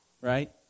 Right